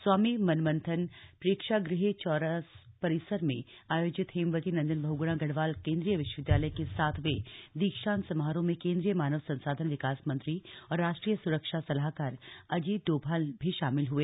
स्वामी मनमंथन प्रेक्षागृह चौरास परिसर में आयोजित हेमवती नंदन बहुगुणा गढ़वाल केंद्रीय विश्वविद्यालय के सातवें दीक्षांत समारोह में केंद्रीय मानव संसाधन विकास मंत्री और राष्ट्रीय सुरक्षा सलाहकार अजीत डोभाल ने शामिल हुए